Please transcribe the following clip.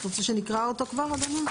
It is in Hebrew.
אתה רוצה שנקרא אותו כבר, אדוני?